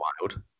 wild